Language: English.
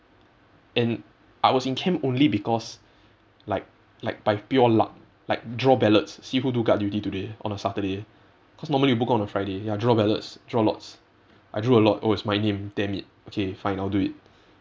and I was in camp only because like like by pure luck like draw ballots see who do guard duty today on a saturday cause normally you book out on a friday ya draw ballots draw lots I drew a lot oh it's my name dammit okay fine I'll do it